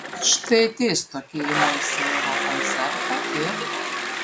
štai ateis tokie į moisejevo koncertą ir